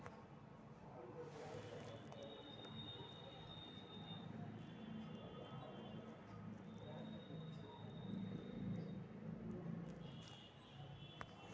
अंग्रेज सभके द्वारा किसान के जमीन छीन कऽ हुनका सभके खेतिके जन बने के बाध्य कएल गेल रहै